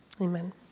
Amen